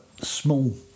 small